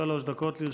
שלוש דקות לרשותך.